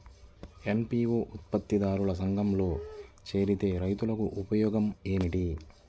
FPO ఉత్పత్తి దారుల సంఘములో చేరితే రైతులకు ఉపయోగము ఏమిటి?